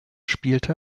spielte